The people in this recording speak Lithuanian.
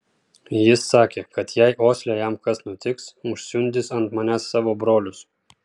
jis sakė kad jei osle jam kas nutiks užsiundys ant manęs savo brolius